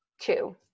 two